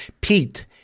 Pete